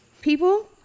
People